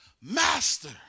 Master